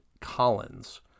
collins